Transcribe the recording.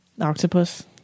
Octopus